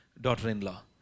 daughter-in-law